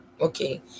okay